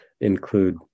include